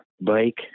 bike